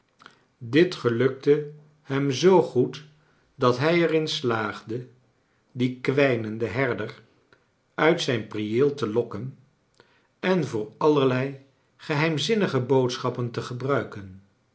dit gelukte hem zoo goed da htjj er in slaagde dien kwijnenden herder uit zijn prieel te lokken en voor allerlei gelieimzinnige boodschappen te gebruiken